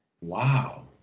Wow